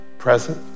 present